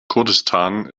kurdistan